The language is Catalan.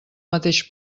mateix